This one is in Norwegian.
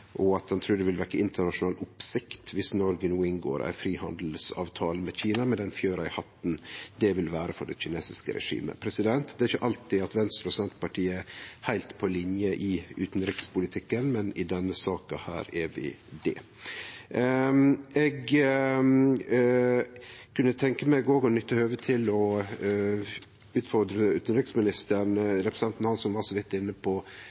og at han «tror det vil vekke internasjonal oppsikt hvis Norge inngår en frihandelsavtale med Kina nå», da det ville være «en fjær i hatten for det kinesiske regimet». Det er ikkje alltid Venstre og Senterpartiet er heilt på linje i utanrikspolitikken, men i denne saka er vi det. Eg kunne tenkje meg òg å nytte høvet til å utfordre utanriksministeren. Representanten Hansson var så vidt inne på